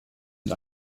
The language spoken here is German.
und